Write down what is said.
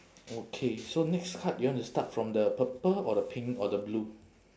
okay so next card you want to start from the purple or the pink or the blue